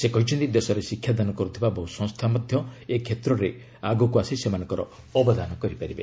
ସେ କହିଛନ୍ତି ଦେଶରେ ଶିକ୍ଷାଦାନ କରୁଥିବା ବହୁ ସଂସ୍ଥା ମଧ୍ୟ ଏ କ୍ଷେତ୍ରରେ ଆଗକ୍ର ଆସି ସେମାନଙ୍କର ଅବଦାନ କରିପାରିବେ